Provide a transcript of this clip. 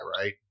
right